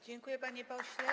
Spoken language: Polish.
Dziękuję, panie pośle.